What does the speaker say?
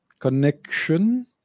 connection